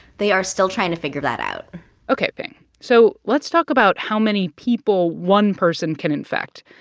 they are still trying to figure that out ok, pien, so let's talk about how many people one person can infect.